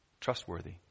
Trustworthy